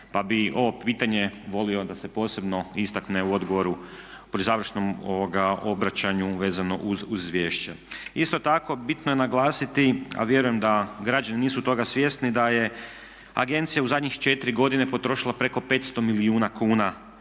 Pa bi ovo pitanje volio da se posebno istakne u odgovoru, pri završnom obraćanju vezano uz izvješće. Isto tako bitno je naglasiti a vjerujem da građani nisu toga svjesni da je agencija u zadnjih 4 godine potrošila preko 500 milijuna kuna